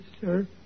sir